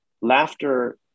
laughter